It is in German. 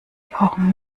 brauchen